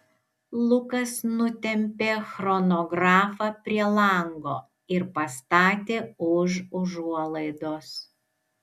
lukas nutempė chronografą prie lango ir pastatė už užuolaidos